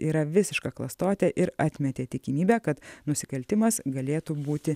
yra visiška klastotė ir atmetė tikimybę kad nusikaltimas galėtų būti